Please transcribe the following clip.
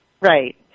Right